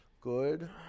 Good